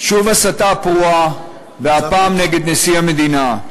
שוב הסתה פרועה, והפעם נגד נשיא המדינה.